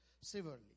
severely